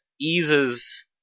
eases